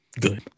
good